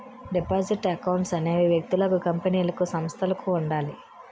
deposit accounts అనేవి వ్యక్తులకు కంపెనీలకు సంస్థలకు ఉండాలి